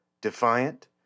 defiant